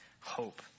hope